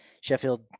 Sheffield